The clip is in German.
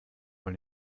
wohl